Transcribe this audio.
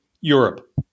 Europe